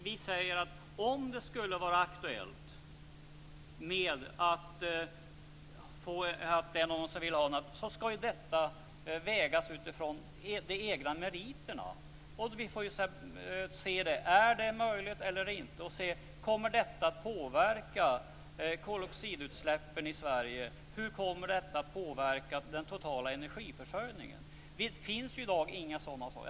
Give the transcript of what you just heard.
Vi säger att om det skulle vara aktuellt med introduktion av naturgas skall detta vägas utifrån de egna meriterna. Vi måste se om det är möjligt och om det kommer att påverka koldioxidutsläppen i Sverige. Hur kommer det att påverka den totala energiförsörjningen? Det finns i dag inget svar på dessa frågor.